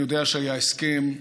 אני יודע שהיה הסכם.